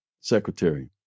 secretary